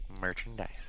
merchandise